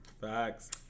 Facts